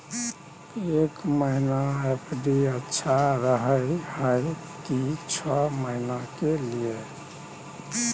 एक महीना एफ.डी अच्छा रहय हय की छः महीना के लिए?